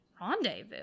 Rendezvous